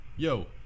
Yo